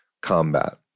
combat